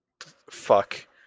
fuck